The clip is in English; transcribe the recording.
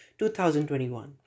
2021